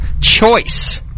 choice